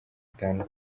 itanu